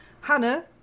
Hannah